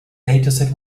dataset